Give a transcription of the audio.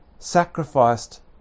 sacrificed